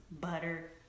butter